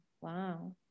Wow